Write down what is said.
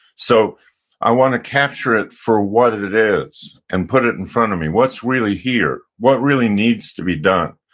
so i want to capture it for what it it is and put it in front of me, what's really here, what really needs to be done.